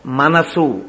Manasu